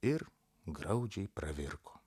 ir graudžiai pravirko